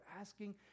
asking